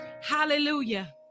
Hallelujah